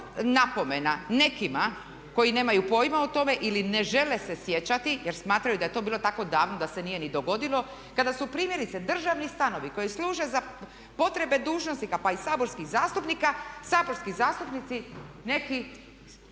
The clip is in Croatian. napomena nekima koji nemaju pojma o tome ili ne žele se sjećati jer smatraju da je to bilo tako davno da se nije ni dogodilo kada su primjerice državni stanovi koji služe za potrebe dužnosnika pa i saborskih zastupnika, saborski zastupnici neki